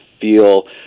feel